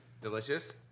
Delicious